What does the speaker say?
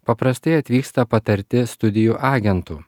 paprastai atvyksta patarti studijų agentų